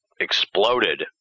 exploded